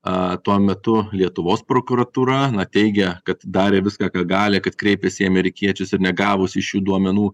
a tuo metu lietuvos prokuratūra teigia kad darė viską ką gali kad kreipėsi į amerikiečius ir negavus iš jų duomenų